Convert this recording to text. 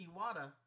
Iwata